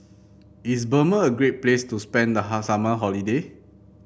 is Burma a great place to spend the hot summer holiday